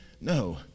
No